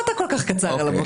בבקשה.